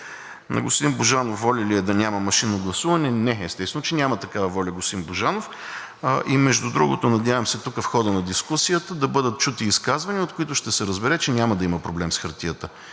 На господин Божанов – воля ли е да няма машинно гласуване? Не. Естествено е, че няма такава воля, господин Божанов. И, между другото, надявам се, тук в хода на дискусията да бъдат чути изказвания, от които ще се разбере, че няма да има проблем с хартията.